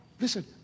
listen